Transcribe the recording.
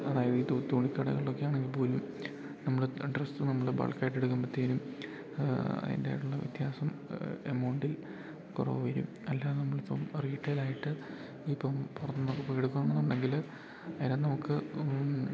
അതായത് ഈ തുണിക്കടകളിലൊക്കെ ആണെങ്കി പോലും നമ്മള് ഡ്രസ്സ് നമ്മള് ബൾക്കായിട്ട് എടുക്കുമ്പത്തേനും അയിന്റെയായിട്ടുള്ള വ്യത്യാസം എമൗണ്ടിൽ കൊറവ് വെരും അല്ലാ നമ്മളിപ്പം റീറ്റെയിലായിട്ട് ഇപ്പം പൊറത്തൊന്നൊക്കെ പോയി എടുക്കാണെന്നുണ്ടെങ്കില് അയിന് നമുക്ക്